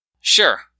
Sure